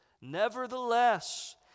Nevertheless